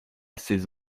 seize